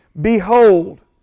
Behold